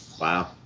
Wow